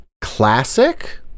classic